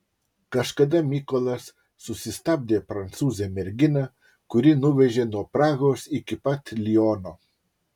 kažkada mykolas susistabdė prancūzę merginą kuri nuvežė nuo prahos iki pat liono